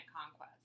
conquest